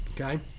Okay